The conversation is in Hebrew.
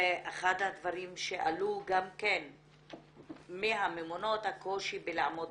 ואחד הדברים שעלו גם מהממונות זה הקושי בלעמוד,